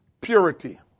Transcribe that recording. Purity